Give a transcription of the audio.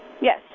Yes